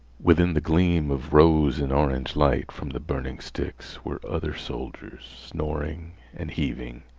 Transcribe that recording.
within the gleam of rose and orange light from the burning sticks were other soldiers, snoring and heaving,